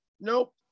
Nope